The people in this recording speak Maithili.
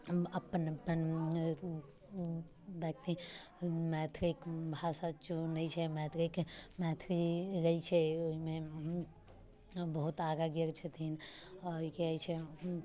अपन अपन मैथिलीके भाषा चुनैत छै मैथिलीक मैथिली लै छै ओहिमे बहुत आगाँ गेल छथिन आओर की कहैत छै